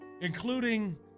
including